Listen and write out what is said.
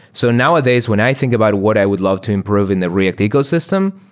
so nowadays, when i think about what i would love to improve in the react ecosystem,